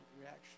reaction